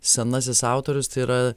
senasis autorius tai yra